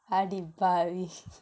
அடிப்பாவி:adippaavi